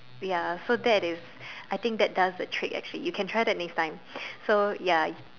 ya so that is I think that does a trick actually you can try that next time so ya